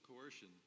coercion